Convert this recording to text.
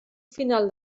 final